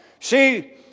See